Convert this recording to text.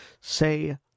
Say